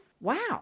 Wow